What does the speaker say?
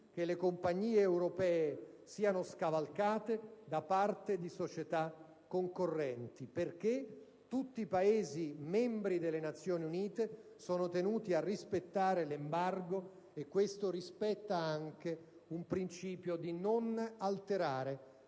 che le compagnie europee siano scavalcate da parte di società concorrenti, perché tutti i Paesi membri delle Nazioni Unite sono tenuti a rispettare l'embargo, e ciò anche in ossequio al principio di non alterare,